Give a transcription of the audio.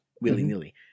willy-nilly